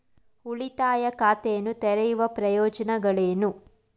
ಉಳಿತಾಯ ಖಾತೆಯನ್ನು ತೆರೆಯುವ ಪ್ರಯೋಜನಗಳೇನು?